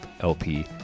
lp